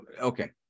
okay